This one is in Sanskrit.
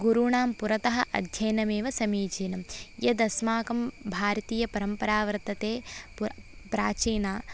गुरूणां पुरतः अध्ययनमेव समीचीनं यद् अस्माकं भारतीयपरम्परा वर्तते पुर प्राचीना